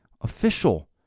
official